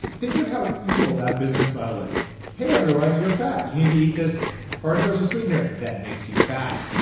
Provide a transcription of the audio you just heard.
think of how evil that business model is hey everyone, you're fat. you need to eat this artificial sweetener that makes you fat.